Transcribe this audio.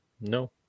No